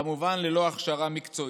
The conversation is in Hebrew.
כמובן ללא הכשרה מקצועית.